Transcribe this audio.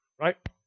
Right